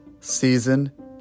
season